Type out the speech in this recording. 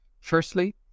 Firstly